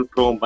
Pro